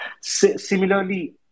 Similarly